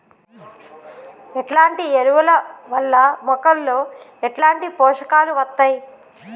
ఎట్లాంటి ఎరువుల వల్ల మొక్కలలో ఎట్లాంటి పోషకాలు వత్తయ్?